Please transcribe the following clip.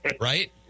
right